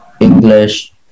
English